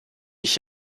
ich